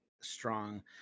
strong